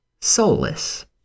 soulless